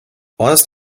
honest